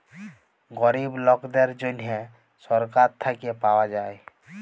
গরিব লকদের জ্যনহে ছরকার থ্যাইকে পাউয়া যায়